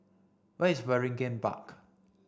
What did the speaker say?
where is Waringin Park